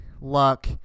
Luck